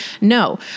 No